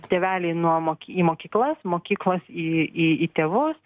tėveliai nuo mok į mokyklas mokyklos į į į tėvus